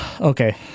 Okay